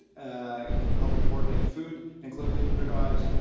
and helped coordinate food and clothing drives.